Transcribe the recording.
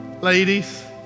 ladies